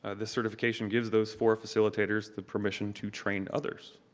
ah this certification gives those four facilitators the permission to train others.